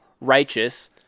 righteous